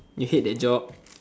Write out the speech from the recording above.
you hate that job